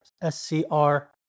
S-C-R-